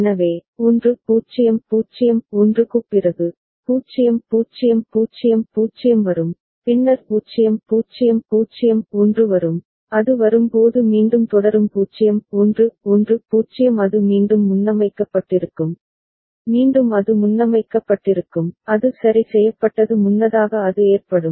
எனவே 1 0 0 1 க்குப் பிறகு 0 0 0 0 வரும் பின்னர் 0 0 0 1 வரும் அது வரும் போது மீண்டும் தொடரும் 0 1 1 0 அது மீண்டும் முன்னமைக்கப்பட்டிருக்கும் மீண்டும் அது முன்னமைக்கப்பட்டிருக்கும் அது சரி செய்யப்பட்டது முன்னதாக அது ஏற்படும்